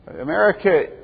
America